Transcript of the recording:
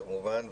כמובן,